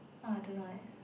!wah! I don't know eh